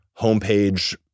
homepage